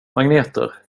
magneter